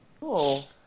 Cool